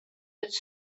its